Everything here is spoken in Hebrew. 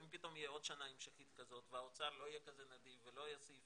אם פתאום תהיה עוד שנה המשכית כזו והאוצר לא יהיה כזה נדיב ולא יוסיף